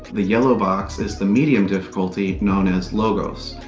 the yellow box is the medium difficulty, known as logos,